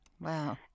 Wow